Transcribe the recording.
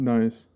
Nice